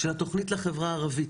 של התוכנית לחברה הערבית.